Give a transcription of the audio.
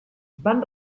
van